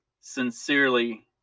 sincerely